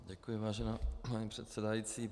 Děkuji, vážená paní předsedající.